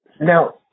Now